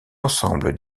ensemble